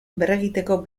berregiteko